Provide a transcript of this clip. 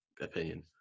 opinion